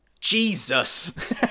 Jesus